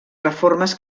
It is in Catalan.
reformes